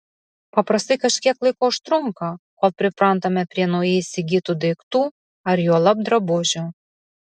paprastai kažkiek laiko užtrunka kol priprantame prie naujai įsigytų daiktų ar juolab drabužių